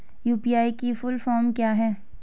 UPI की full form क्या है?